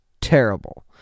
terrible